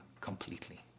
completely